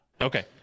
Okay